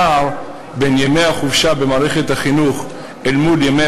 הפער בין ימי החופשה במערכת החינוך אל מול ימי